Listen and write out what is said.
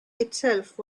itself